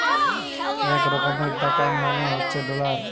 এক রকমের টাকা মানে হচ্ছে ডলার